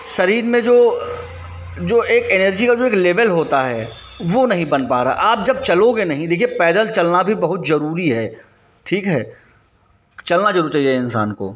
शरीर में जो जो एक एनर्जी का एक लेबल होता है वह नहीं बन पा रहा आप जब चलोगे नहीं देखिए पैदल चलना भी बहुत ज़रूरी है ठीक है चलना ज़रूर चाहिए इंसान को